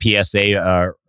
PSA